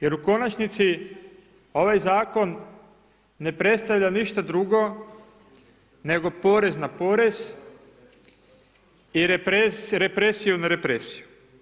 Jer u konačnici ovaj zakon ne predstavlja ništa drugo nego porez na porez i represiju na represiju.